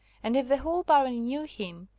and if the whole barony knew him,